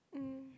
mm